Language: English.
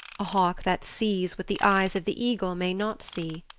a hawk that sees what the eyes of the eagle may not see.